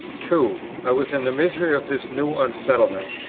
two. i was in the misery of this new unsettlement,